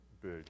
big